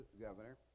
governor